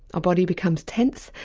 our body becomes tense,